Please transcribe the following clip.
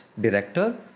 director